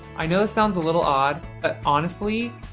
i know this sounds a little odd, but honestly,